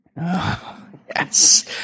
Yes